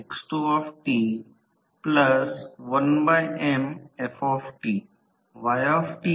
आता एकल power factor तील आउटपुट output 15 KVA तर 15 1000 1 हे वॅट च्या पैकी आहे कारण म्हणून 1000 ने विभाजित केलेल्या 15 1000 1 2 W i 0